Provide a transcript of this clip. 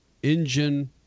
Engine